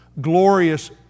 glorious